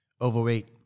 overweight